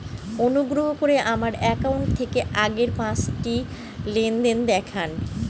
অনুগ্রহ করে আমার অ্যাকাউন্ট থেকে আগের পাঁচটি লেনদেন দেখান